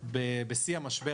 בשיא המשבר